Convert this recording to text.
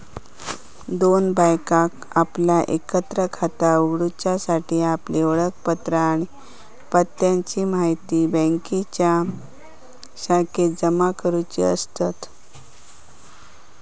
दोन बायकांका आपला एकत्र खाता उघडूच्यासाठी आपली ओळखपत्रा आणि पत्त्याची म्हायती बँकेच्या शाखेत जमा करुची असतत